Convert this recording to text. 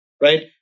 right